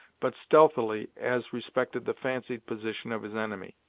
but stealthily as respected the fancied position of his enemy,